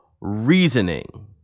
reasoning